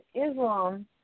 Islam